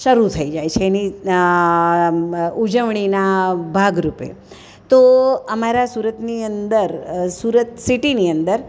શરૂ થઈ જાય છે એની ઉજવણીના ભાગરૂપે તો અમારા સુરતની અંદર સુરત સિટીની અંદર